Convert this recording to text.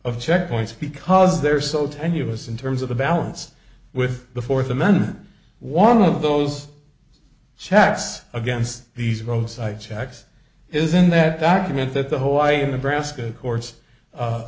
of checkpoints because they're so tenuous in terms of the balance with the fourth amendment one of those checks against these roadside checks is in that document that the whole i in the brassica course